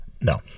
No